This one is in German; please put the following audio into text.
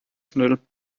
schnell